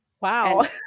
Wow